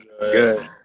Good